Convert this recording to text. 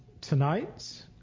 tonight